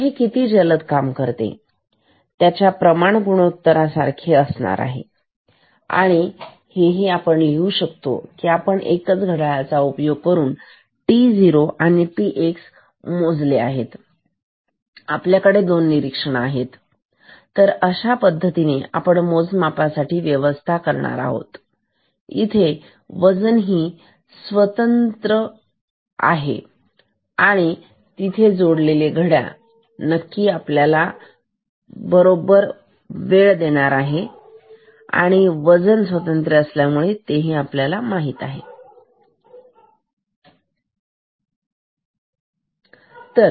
तर हे किती जलद काम करते त्याच्या प्रमाण गुणोत्तर सारखे असणार आपण हेही लिहू शकतो की आपण एकाच घड्याळाचा उपयोग करून दोन्ही t0 आणि tx मोजले आहेत आता आपल्याकडे दोन निरीक्षण आहेत तर या अशा पद्धतीने आपण मोजमापासाठी व्यवस्था करणार आहोत इथे वजन ही स्वतंत्र आहे आपण तिथे जोडलेले घड्याळ आणि नक्की आपल्याला नक्की माहित असणे गरजेचे नाही वजन स्वतंत्र आहे त्यावर अजून अवलंबून नाही